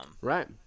Right